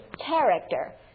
character